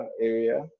area